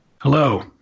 Hello